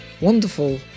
wonderful